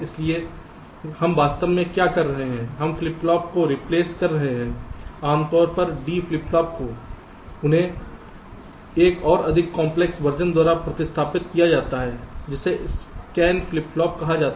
इसलिए हम वास्तव में क्या कर रहे हैं हम फ्लिप फ्लॉप को रिप्लेस कर रहे हैं आमतौर पर D फ्लिप फ्लॉप को उन्हें एक और अधिक काम्प्लेक्स वर्जन द्वारा प्रतिस्थापित किया जाता है जिसे स्कैन फ्लिप फ्लॉप कहा जाता है